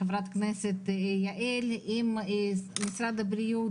חייל משוחרר מהצבא,